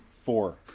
Four